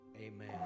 Amen